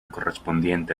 correspondiente